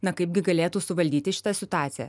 na kaipgi galėtų suvaldyti šitą situaciją